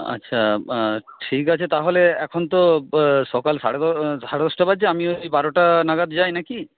আচ্ছা আর ঠিক আছে তাহলে এখন তো সকাল সাড়ে সাড়ে দশটা বাজে আমি ওই বারোটা নাগাদ যাই নাকি